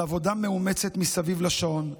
על עבודה מאומצת מסביב לשעון,